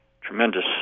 tremendous